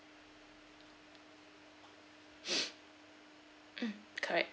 mm correct